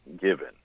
given